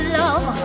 love